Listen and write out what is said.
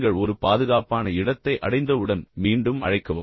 நீங்கள் ஒரு பாதுகாப்பான இடத்தை அடைந்தவுடன் மீண்டும் அழைக்கவும்